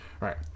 Right